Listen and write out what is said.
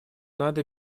надо